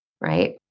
right